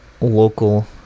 local